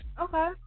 Okay